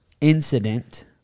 incident